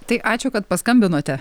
tai ačiū kad paskambinote